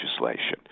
legislation